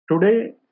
Today